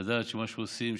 לדעת שמה שאנחנו עושים,